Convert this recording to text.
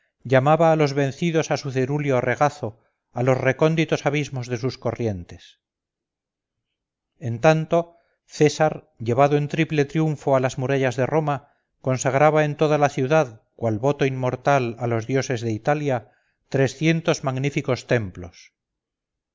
llamaba a los vencidos a su cerúleo regazo a los recónditos abismos de sus corrientes en tanto césar llevado en triple triunfo a las murallas de roma consagraba en toda la ciudad cual voto inmortal a los dioses de italia trescientos magníficos templos